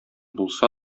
булса